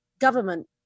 government